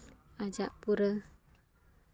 ᱟᱡᱟᱜ ᱯᱩᱨᱟᱹ